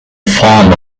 farmer